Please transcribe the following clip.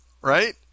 right